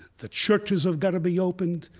the churches have got to be opened,